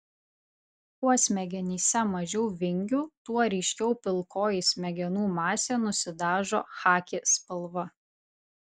kuo smegenyse mažiau vingių tuo ryškiau pilkoji smegenų masė nusidažo chaki spalva